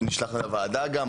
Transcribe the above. נשלח לוועדה גם.